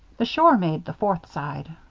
the shore made the fourth side.